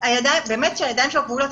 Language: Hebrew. באמת שהידיים שלו כבולות.